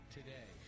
Today